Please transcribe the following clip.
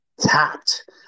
tapped